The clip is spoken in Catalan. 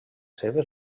seves